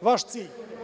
vaš cilj.